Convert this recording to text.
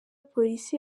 polisi